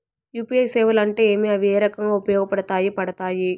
UPI సేవలు అంటే ఏమి, అవి ఏ రకంగా ఉపయోగపడతాయి పడతాయి?